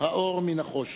האור מן החושך.